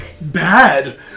Bad